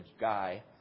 guy